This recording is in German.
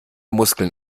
muskeln